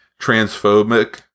transphobic